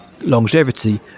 longevity